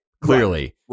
Clearly